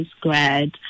grad